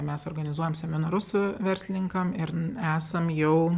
mes organizuojam seminarus verslininkam ir esam jau